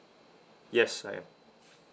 yes I am